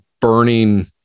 burning